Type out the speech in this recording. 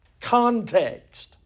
context